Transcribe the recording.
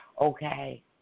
okay